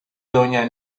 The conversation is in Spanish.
doña